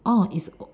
orh it's o~